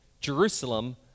Jerusalem